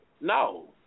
No